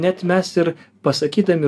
net mes ir pasakydami